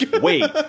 wait